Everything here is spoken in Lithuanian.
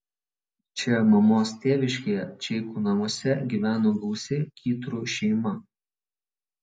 čia mamos tėviškėje čeikų namuose gyveno gausi kytrų šeima